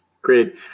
Great